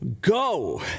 go